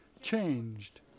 changed